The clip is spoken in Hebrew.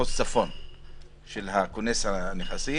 מחוז צפון של כונס הנכסים,